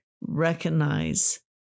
recognize